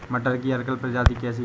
मटर की अर्किल प्रजाति कैसी है?